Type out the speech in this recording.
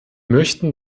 möchten